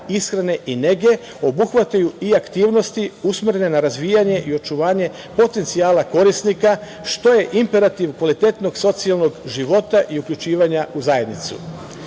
ishrane i nege, obuhvataju i aktivnosti usmerene na razvijanje i očuvanje potencijala korisnika što je imperativ kvalitetnog socijalnog života i uključivanja u zajednicu. Ono